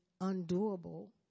undoable